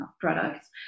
products